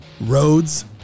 Roads